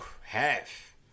half